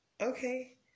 okay